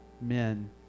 men